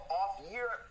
off-year